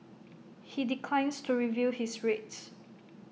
he declines to reveal his rates